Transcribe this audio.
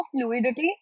fluidity